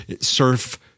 Surf